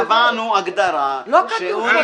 קבענו הגדרה --- לא כתוב פה בהגדרה.